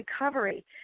recovery